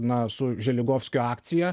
na su želigovskio akcija